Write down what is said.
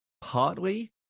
partly